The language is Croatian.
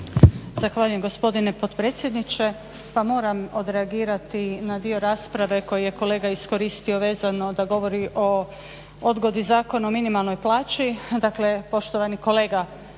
Zahvaljujem gospodine potpredsjedniče. Pa moram od reagirati na dio rasprave koji je kolega iskoristio vezano da govori o odgodi Zakona o minimalnoj plaći.